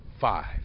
five